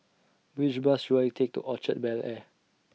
Which Bus should I Take to Orchard Bel Air